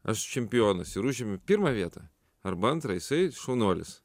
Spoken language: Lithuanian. aš čempionas ir užimi pirmą vietą arba antrą jisai šaunuolis